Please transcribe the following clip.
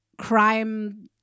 crime